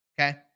Okay